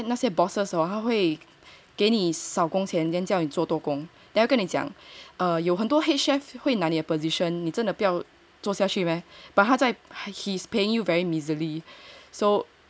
那些 bosses hor 会给你少工钱叫你做多工 they're going to 讲 err 有很多 head chef 会拿你的 position 你真的不要做下去 meh but 他在 he's paying you very miserably so